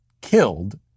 killed